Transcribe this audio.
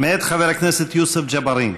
מאת חבר הכנסת יוסף ג'בארין.